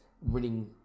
winning